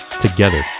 together